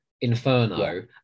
Inferno